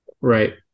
Right